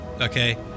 Okay